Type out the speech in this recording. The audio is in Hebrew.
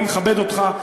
אני מכבד אותך,